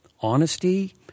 honesty